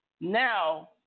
Now